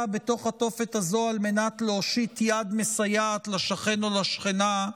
מתוך התופת הזו על מנת להושיט יד מסייעת לשכן או לשכנה,